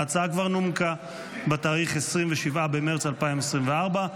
ההצעה כבר נומקה ב-27 במרץ 2024,